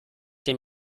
dem